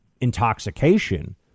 intoxication